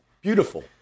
beautiful